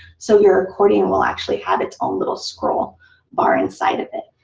so your accordion will actually have its own little scroll bar inside of it.